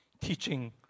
teaching